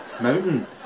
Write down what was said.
mountain